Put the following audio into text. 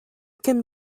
can